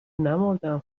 نمـردم